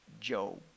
Job